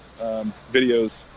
videos